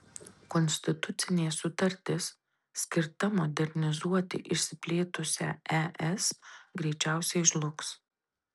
konstitucinė sutartis skirta modernizuoti išsiplėtusią es greičiausiai žlugs